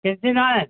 किस दिन आएं